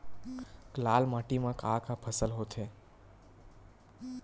लाल माटी म का का फसल होथे?